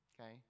Okay